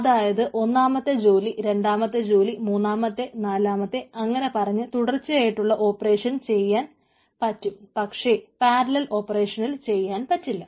അതായത് ഒന്നാമത്തെ ജോലി രണ്ടാമത്തെ ജോലി മൂന്നാമത്തെ നാലാമത്തെ അങ്ങനെ പറഞ്ഞ് തുടർച്ചയായിട്ടുള്ള ഓപ്പറേഷൻ ചെയ്യാൻ പറ്റും പക്ഷേ പാരലൽ ഓപ്പറേഷനിൽ ചെയ്യാൻ പറ്റില്ല